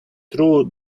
true